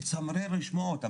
שמצמרר לשמוע אותם,